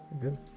Good